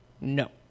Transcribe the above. No